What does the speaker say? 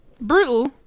brutal